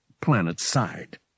planet-side